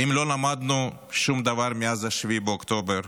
האם לא למדנו שום כלום מאז 7 באוקטובר?